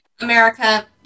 America